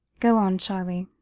go on, charlie.